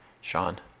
Sean